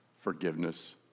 forgiveness